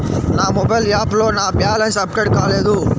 నా మొబైల్ యాప్లో నా బ్యాలెన్స్ అప్డేట్ కాలేదు